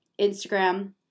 Instagram